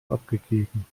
abgegeben